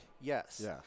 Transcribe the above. Yes